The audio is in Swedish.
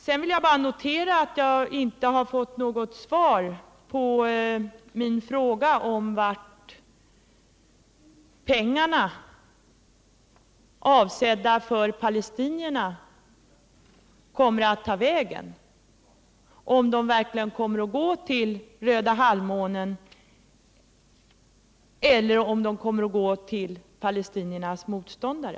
Sedan vill jag bara notera att jag inte fått något svar på min fråga om vart de pengar som är avsedda för palestinierna kommer att ta vägen, om de verkligen kommer att gå till Röda halvmånen eller om de kommer att gå till palestiniernas motståndare.